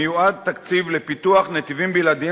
מיועד תקציב לפיתוח נתיבים בלעדיים